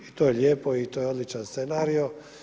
I to je lijepo i to je odličan secanario.